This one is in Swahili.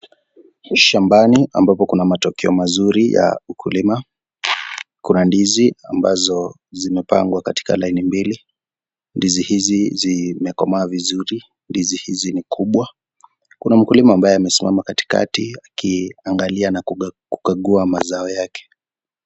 Shambani ambapo kuna matokeo mazuri ya ukulima. Kuna ndizi ambazo zimepangwa katika laini mbili. Ndizi hizi zimekomaa vizuri. Ndizi hizi ni kubwa. Kuna mkulima ambaye amesimama katikati akiangalia na kukagua mazao yake.